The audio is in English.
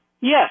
Yes